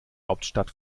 hauptstadt